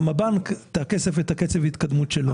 גם הבנק את הכסף ואת קצב ההתקדמות שלו.